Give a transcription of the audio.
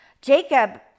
Jacob